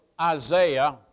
Isaiah